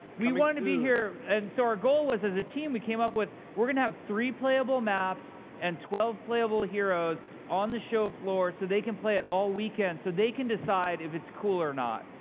we wanted to be here, and so our goal, as as a team, we came up with, we're going to have three playable maps and twelve playable heroes on the show floor so they can play it all weekend, so they can decide if it's cool or not,